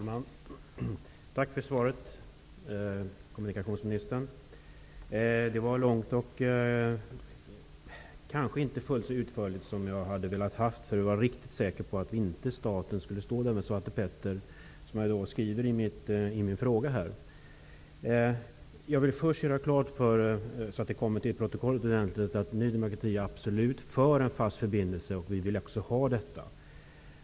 Fru talman! Tack för svaret, kommunikationsministern! Det var långt, men kanske inte fullt så utförligt som jag hade önskat för att kunna vara riktigt säker på att staten inte skulle stå där med Svarte Petter. Jag vill först göra klart och se till att det förs till protokollet att Ny demokrati absolut är för en fast förbindelse. Vi vill ha en sådan.